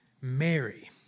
Mary